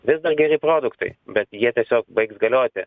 vis dar geri produktai bet jie tiesiog baigs galioti